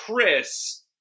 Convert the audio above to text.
Chris